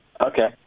Okay